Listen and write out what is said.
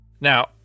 Now